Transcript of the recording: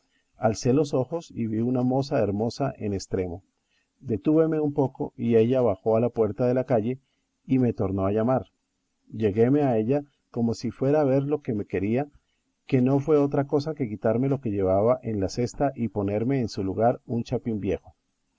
ventana alcé los ojos y vi una moza hermosa en estremo detúveme un poco y ella bajó a la puerta de la calle y me tornó a llamar lleguéme a ella como si fuera a ver lo que me quería que no fue otra cosa que quitarme lo que llevaba en la cesta y ponerme en su lugar un chapín viejo